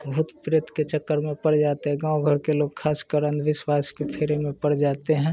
भूत प्रेत के चक्कर में पड़ जाते हैं गाँव घर के लोग ख़ास कर अंधविश्वास के फेरे में पड़ जाते हैं